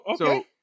okay